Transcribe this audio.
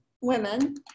women